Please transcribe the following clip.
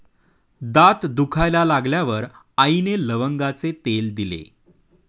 दात दुखायला लागल्यावर आईने लवंगाचे तेल दिले